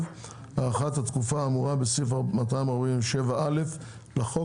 (הארכת התקופה האמורה בסעיף 247(א) לחוק),